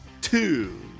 two